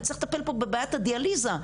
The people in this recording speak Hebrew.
אני צריך לטפל פה בבעיית הדיאליזה,